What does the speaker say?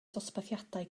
dosbarthiadau